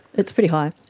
it's pretty high, i